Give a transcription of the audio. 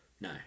No